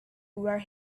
where